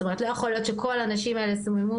זאת אומרת לא יכול להיות שכל הנשים האלה סוממו